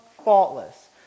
Faultless